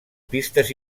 pistes